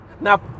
Now